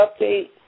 update